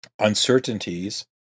uncertainties